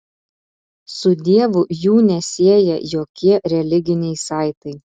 su dievu jų nesieja jokie religiniai saitai